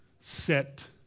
set